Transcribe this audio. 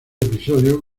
episodio